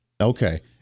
Okay